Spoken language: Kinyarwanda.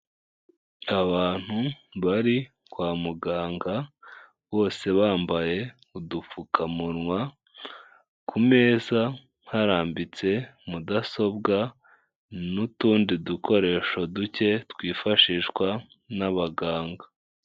Abantu bari kwa muganga, bose bambaye udupfukamunwa, ku meza harambitse mudasobwa n'utundi dukoresho duke twifashishwa n'abaganga.